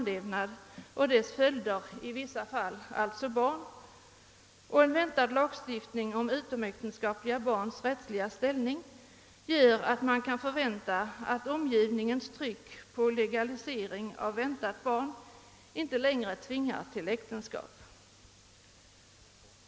levnad och dess följder i vissa fall — alltså barn —- samt en väntad lagstiftning om :utomäktenskapliga barns rättsliga ställning gör att man kan förutse att omgivningens tryck på legalisering av väntat barn inte längre tvingar till äktenskap.